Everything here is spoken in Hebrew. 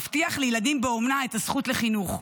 מבטיח לילדים באומנה את הזכות לחינוך,